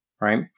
right